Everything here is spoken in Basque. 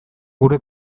gure